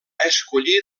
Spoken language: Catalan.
escollir